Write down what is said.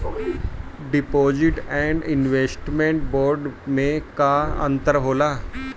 Deposit and investment bond मे का अंतर होला?